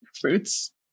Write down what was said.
fruits